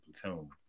platoon